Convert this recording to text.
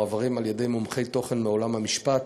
והם מועברים על-ידי מומחי תוכן מעולם המשפט,